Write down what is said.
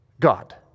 God